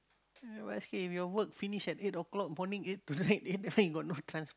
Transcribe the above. you know basket if your work finish at eight o-clock bonding eight to nine at night you got no transport